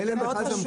זה מאוד חשוב.